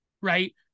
right